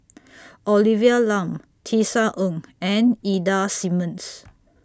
Olivia Lum Tisa Ng and Ida Simmons